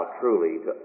truly